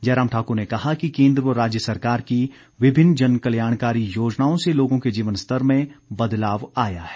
जयराम ठाकुर ने कहा कि केन्द्र व राज्य सरकार की विभिन्न जनकल्याणकारी योजनाओं से लोगों के जीवन स्तर में बदलाव आया है